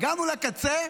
הגענו לקצה,